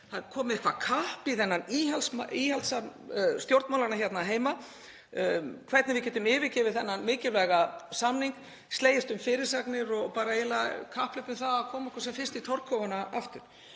sé komið eitthvert kapp í þennan íhaldsarm stjórnmálanna hérna heima um hvernig við getum yfirgefið þennan mikilvæga samning, slegist um fyrirsagnir, eiginlega kapphlaup um að koma okkur sem fyrst í torfkofana aftur.